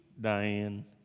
Diane